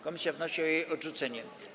Komisja wnosi o jej odrzucenie.